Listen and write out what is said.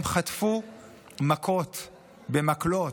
הם חטפו מכות במקלות,